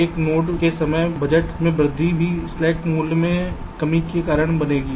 तो एक नोड के समय बजट में वृद्धि भी स्लैक मूल्य में कमी का कारण बनेगी